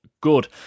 good